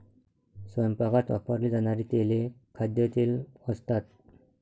स्वयंपाकात वापरली जाणारी तेले खाद्यतेल असतात